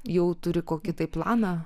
jau turi kokį planą